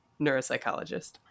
neuropsychologist